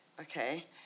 Okay